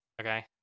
Okay